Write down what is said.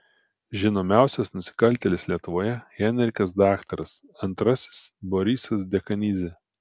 žinomiausias nusikaltėlis lietuvoje henrikas daktaras antrasis borisas dekanidzė